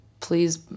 Please